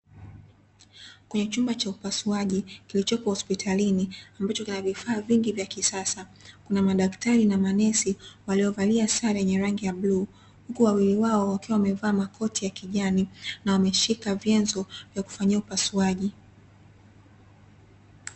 Kwenye chumba cha upasuaji kilichopo hospitalini ambacho kina vifaa vingi vya kisasa, kuna madaktari na manesi waliovalia sare yenye rangi ya bluu, huku wawili wao wakiwa wamevaa makoti ya kijani na wameshika vyenzo vya kufanyia upasuaji.